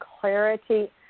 clarity